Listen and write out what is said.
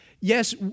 yes